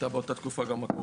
הייתה באותה תקופה גם הקורונה.